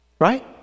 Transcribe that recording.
Right